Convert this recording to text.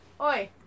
Oi